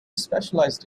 specialized